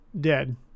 dead